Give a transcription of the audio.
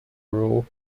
rule